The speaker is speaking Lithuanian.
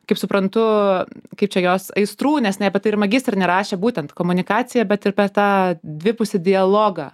kaip suprantu kaip čia jos aistrų nes jinai apie tai ir magistrinį rašė būtent komunikacija bet ir per tą dvipusį dialogą